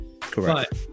Correct